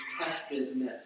testedness